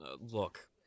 look